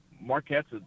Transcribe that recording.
Marquette's